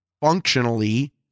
functionally